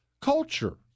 culture